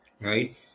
Right